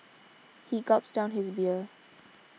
he gulped down his beer